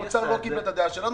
האוצר לא קיבל את דעתנו,